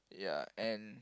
ya and